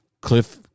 Cliff